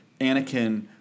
Anakin